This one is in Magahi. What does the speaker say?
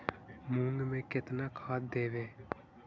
मुंग में केतना खाद देवे?